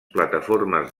plataformes